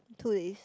two days